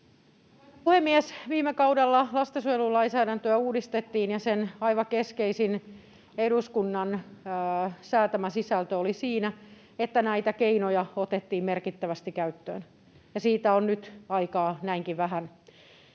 puhemies! Viime kaudella lastensuojelulainsäädäntöä uudistettiin, ja sen aivan keskeisin eduskunnan säätämä sisältö oli siinä, että näitä keinoja otettiin merkittävästi käyttöön — ja siitä on nyt aikaa näinkin vähän.